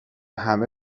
همه